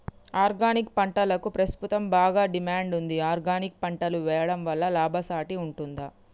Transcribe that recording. Organic పంటలకు ప్రస్తుతం బాగా డిమాండ్ ఉంది ఆర్గానిక్ పంటలు వేయడం వల్ల లాభసాటి ఉంటుందా?